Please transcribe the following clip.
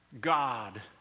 God